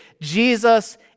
Jesus